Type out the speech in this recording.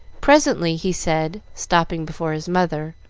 presently he said, stopping before his mother,